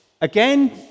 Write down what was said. again